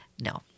no